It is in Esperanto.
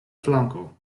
flanko